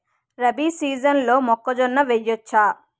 రబీ సీజన్లో మొక్కజొన్న వెయ్యచ్చా?